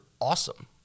awesome